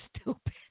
stupid